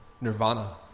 Nirvana